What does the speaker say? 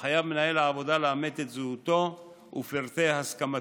ומנהל העבודה חייב לאמת את זהותו ואת פרטי הסכמתו.